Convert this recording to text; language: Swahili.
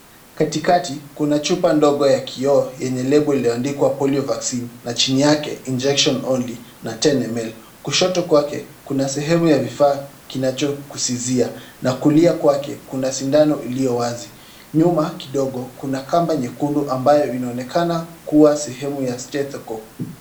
Katikati kuna chupa ndogo ya kioo yenye lebo iliyoandikwa polio vaccine na chini yake injection only na 10ml. Kushoto kwake kuna sehemu ya vifaa kinachokusizia na kulia kwake kuna sindano iliyo wazi. Nyuma kidogo kuna kamba nyekundu ambayo inaonekana kuwa sehemu ya stethoscope .